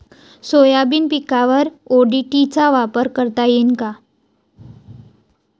Soybean पिकावर ODT चा वापर करता येईन का?